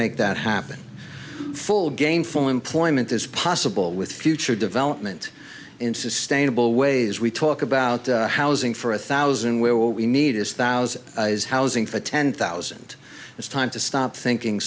make that happen full gainful employment is possible with future development in sustainable ways we talk about housing for a thousand where what we need is thousand housing for ten thousand it's time to stop thinking